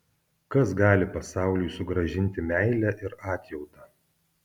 kas gali pasauliui sugrąžinti meilę ir atjautą